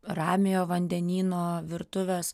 ramiojo vandenyno virtuvės